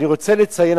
אני רוצה לציין,